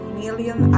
million